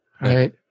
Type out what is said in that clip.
right